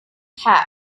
half